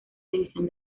división